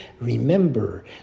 Remember